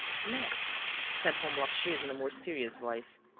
next, said holmlock shears, in a more serious voice,